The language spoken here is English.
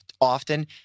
often